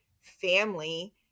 family